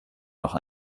noch